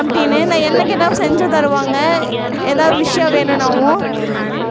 அப்படின்னு நான் என்ன கேட்டாலும் செஞ்சித் தருவாங்க ஏதாவது விஷயம் வேணுன்னாவும்